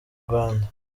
rwanda